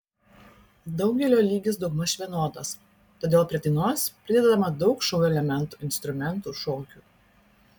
daugelio lygis daugmaž vienodas todėl prie dainos pridedama daug šou elementų instrumentų šokių